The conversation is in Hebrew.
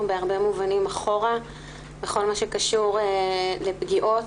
בהרבה מובנים אחורה בכל מה שקשור לפגיעות,